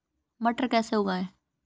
मटर कैसे उगाएं?